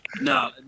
No